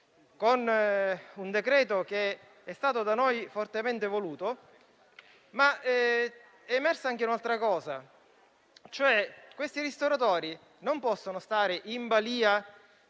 con un decreto che è stato da noi fortemente voluto, è emersa anche un'altra cosa e cioè che i ristoratori non possono restare in balia